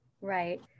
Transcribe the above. right